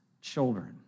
children